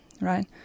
right